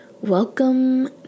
welcome